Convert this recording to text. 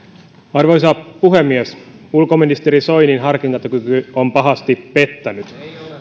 arvoisa puhemies ulkoministeri soinin harkintakyky on pahasti pettänyt